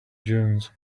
dunes